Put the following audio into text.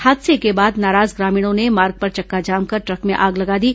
हादसे के बाद नाराज ग्रामीणों ने मार्ग पर चक्काजाम कर ट्रक में आग लगा दी